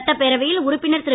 சட்டப்பேரவையில் உறுப்பினர் திரு